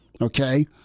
okay